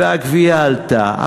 והגבייה עלתה.